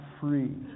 free